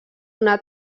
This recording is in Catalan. una